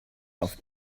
auf